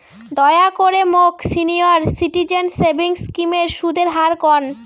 দয়া করে মোক সিনিয়র সিটিজেন সেভিংস স্কিমের সুদের হার কন